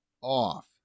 off